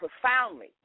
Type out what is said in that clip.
profoundly